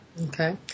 Okay